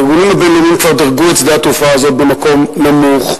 הארגונים הבין-לאומיים כבר דירגו את שדה התעופה הזה במקום נמוך,